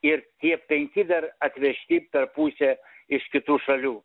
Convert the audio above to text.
ir tie penki dar atvežti per pusę iš kitų šalių